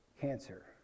cancer